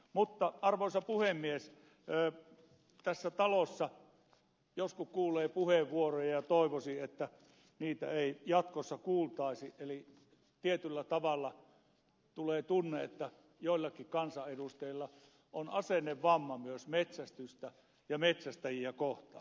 mutta arvoisa puhemies tässä talossa joskus kuulee puheenvuoroja ja toivoisi että niitä ei jatkossa kuultaisi eli tietyllä tavalla tulee tunne että joillakin kansanedustajilla on asennevamma myös metsästystä ja metsästäjiä kohtaan